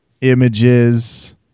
Images